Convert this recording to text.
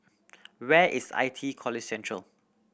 where is I T E College Central